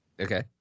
Okay